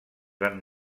van